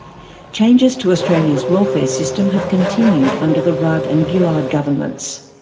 changes to australia's welfare system have continued under the rudd and gillard governments.